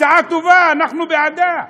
ההצעה טובה, אנחנו בעדה.